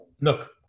look